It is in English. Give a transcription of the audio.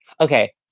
okay